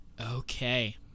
Okay